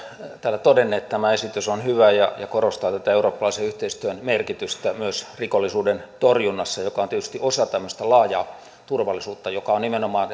täällä todenneet tämä esitys on hyvä ja ja korostaa eurooppalaisen yhteistyön merkitystä myös rikollisuuden torjunnassa joka on tietysti osa tämmöistä laajaa turvallisuutta joka on nimenomaan